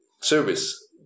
service